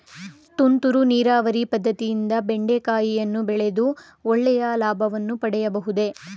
ತುಂತುರು ನೀರಾವರಿ ಪದ್ದತಿಯಿಂದ ಬೆಂಡೆಕಾಯಿಯನ್ನು ಬೆಳೆದು ಒಳ್ಳೆಯ ಲಾಭವನ್ನು ಪಡೆಯಬಹುದೇ?